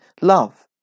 love